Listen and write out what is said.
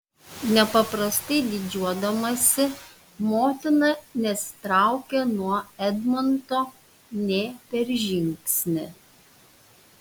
nepaprastai didžiuodamasi motina nesitraukė nuo edmundo nė per žingsnį